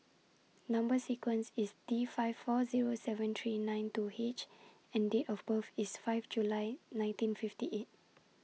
Number sequence IS T five four Zero seven three nine two H and Date of birth IS five July nineteen fifty eight